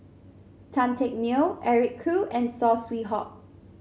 Tan Teck Neo Eric Khoo and Saw Swee Hock